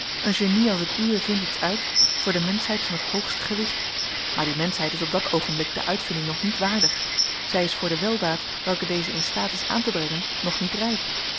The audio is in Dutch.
een genie als het uwe vindt iets uit voor de menschheid van het hoogste gewicht maar die menschheid is op dat oogenblik de uitvinding nog niet waardig zij is voor de weldaad welke deze in staat is aan te brengen nog niet rijp